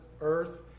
earth